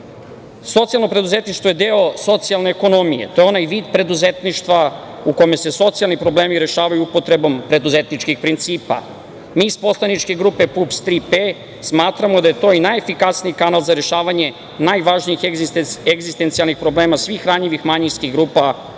pomoći. Socijalno preduzetništvo je deo socijalne ekonomije i to je onaj vid preduzetništva u kome se socijalni problemi rešavaju upotrebom preduzetničkih principa. Mi iz Poslaničke grupe PUPS „Tri P“ smatramo da je to i najefikasniji kanal za rešavanje najvažnijih egzistencionalnih problema svih ranjivih manjinskih grupa našeg